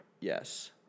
Yes